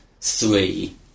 three